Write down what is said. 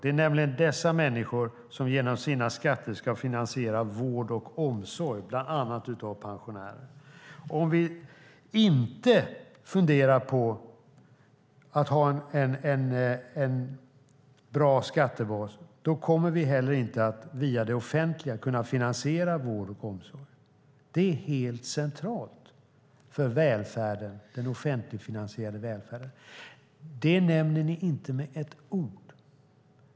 Det är nämligen dessa människor som genom sina skatter ska finansiera vård och omsorg, bland annat av pensionärer. Om vi inte har en bra skattebas kommer vi heller inte att via det offentliga kunna finansiera vård och omsorg. Det är helt centralt för den offentligfinansierade välfärden. Det nämner ni inte med ett ord.